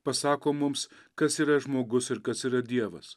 pasako mums kas yra žmogus ir kas yra dievas